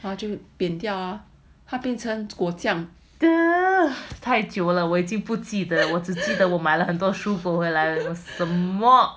然后就扁掉 ah 他变成果酱